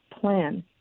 plan